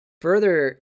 further